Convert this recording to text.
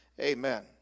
Amen